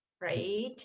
right